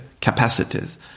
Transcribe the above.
capacities